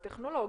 הטכנולוגית,